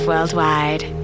Worldwide